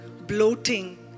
bloating